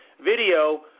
video